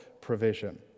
provision